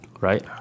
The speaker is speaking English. Right